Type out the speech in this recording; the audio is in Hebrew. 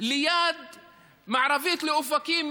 מערבית לאופקים,